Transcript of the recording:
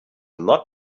not